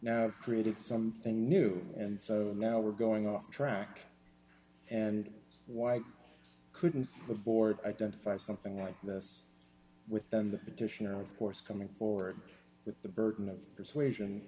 have created something new and so now we're going off track and why couldn't the board identify something like this with them the petitioner of course coming forward with the burden of persuasion